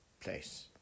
place